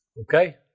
Okay